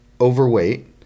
overweight